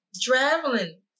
Traveling